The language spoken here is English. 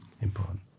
important